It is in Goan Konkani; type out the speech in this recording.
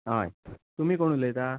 हय तुमी कोण उलयता